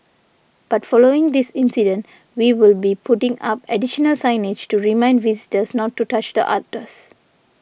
but following this incident we will be putting up additional signage to remind visitors not to touch the otters